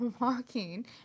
walking